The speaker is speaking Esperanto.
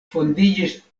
fondiĝis